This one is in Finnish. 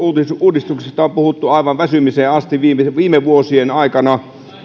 uudistuksesta on puhuttu aivan väsymiseen asti aivan viime vuosien aikana